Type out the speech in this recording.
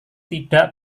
tidak